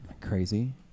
Crazy